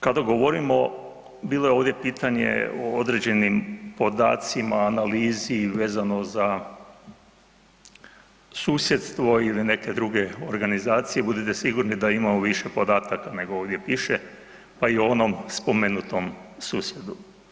Kada govorimo, bilo je ovdje pitanje o određenim podacima, analizi vezano za susjedstvo ili neke druge organizacije, budite sigurni da imamo više podatak nego ovdje piše pa i u onom spomenutom susjedu.